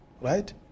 right